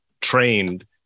trained